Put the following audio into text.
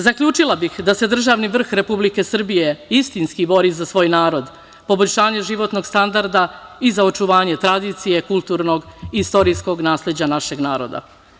Zaključila bih da se državni vrh Republike Srbije istinski bori za svoj narod, poboljšanje životnog standarda i za očuvanje tradicije, kulturnog i istorijskog nasleđa našeg naroda.